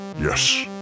Yes